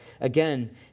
Again